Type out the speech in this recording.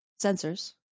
sensors